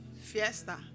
Fiesta